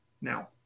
now